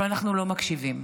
אבל אנחנו לא מקשיבים.